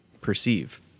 perceive